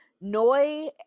Noi